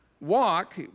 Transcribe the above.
walk